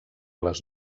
les